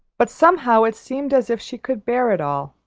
but somehow it seemed as if she could bear it all.